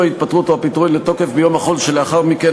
ההתפטרות או הפיטורין לתוקף ביום החול שלאחר מכן,